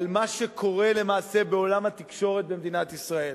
במה שקורה למעשה בעולם התקשורת במדינת ישראל.